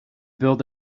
build